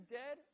dead